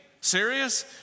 Serious